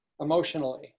emotionally